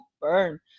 burn